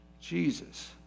Jesus